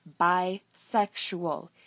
Bisexual